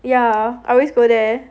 yeah I always go there